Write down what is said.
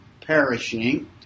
perishing